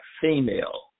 female